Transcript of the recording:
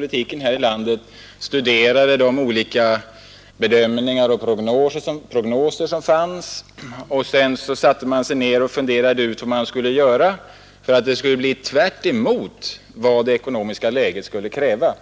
regeringen använder olika bedömningar och prognoser till att fatta beslut i motsatt riktning till vad det ekonomiska läget skulle kräva.